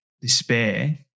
despair